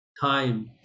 time